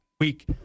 week